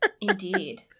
Indeed